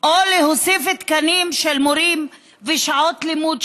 או להוסיף תקנים של מורים ושעות לימוד,